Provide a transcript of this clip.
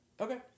Okay